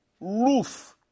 Ruth